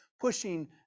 pushing